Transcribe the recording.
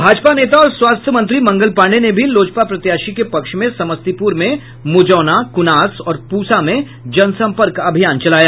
भाजपा नेता और स्वास्थ्य मंत्री मंगल पांडेय ने भी लोजपा प्रत्याशी के पक्ष में समस्तीपुर में मुजौना कुनास और पूसा में जनसंपर्क अभियान चलाया